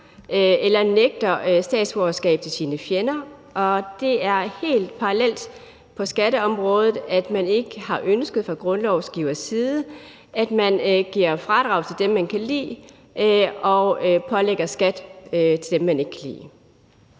eller nægter statsborgerskab til sine fjender. Og det er helt parallelt på skatteområdet, at man fra grundlovgivernes side ikke har ønsket, at man giver fradrag til dem, man kan lide, og pålægger skat til dem, man ikke kan lide.